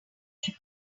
him